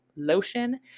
lotion